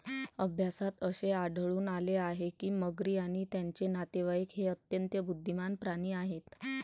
अभ्यासात असे आढळून आले आहे की मगरी आणि त्यांचे नातेवाईक हे अत्यंत बुद्धिमान प्राणी आहेत